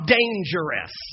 dangerous